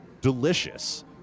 delicious